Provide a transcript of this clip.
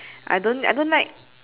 I don't I don't like